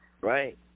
Right